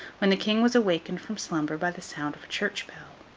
when the king was awakened from slumber by the sound of a church bell.